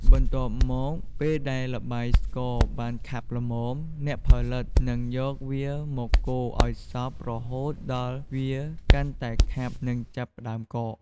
បន្ទាប់មក ពេលដែលល្បាយស្ករបានខាប់ល្មម អ្នកផលិតនឹងយកវាមកកូរឲ្យសព្វរហូតដល់វាកាន់តែខាប់និងចាប់ផ្តើមកក។